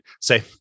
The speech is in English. say